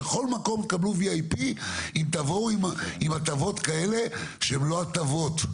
בכל מקום תקבלו VIP אם תבואו עם הטבות כאלה שהן לא הטבות,